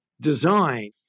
design